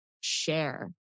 share